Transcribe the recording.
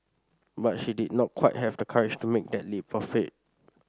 but she did not quite have the courage to make that leap of faith